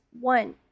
One